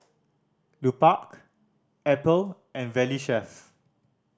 Lupark Apple and Valley Chef